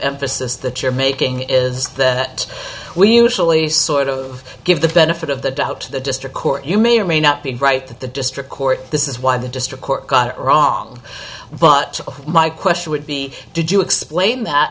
emphasis the chair making is that we usually sort of give the benefit of the doubt to the district court you may or may not be right that the district court this is why the district court got it wrong but my question would be did you explain that